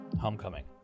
Homecoming